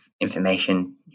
information